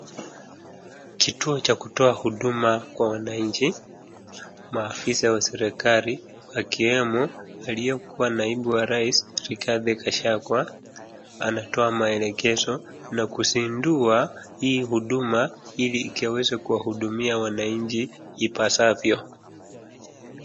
Kituo cha kutoa huduma kwa wananchi, maafisa wa serikali akiwemo aliyekuwa naibu wa rais Rigathi Gachagua, wanatoa maelekezo na kuuzindua hii huduma ili waweze kuwahudumia wananchi ipasavyo.